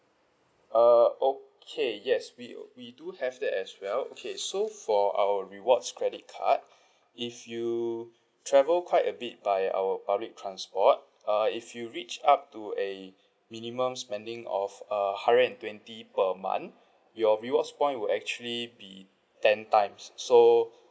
err okay yes we uh we do have that as well okay so for our rewards credit card if you travel quite a bit by our public transport err if you reached up to a minimum spending of a hundred and twenty per month your rewards point will actually be ten times so